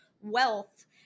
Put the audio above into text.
wealth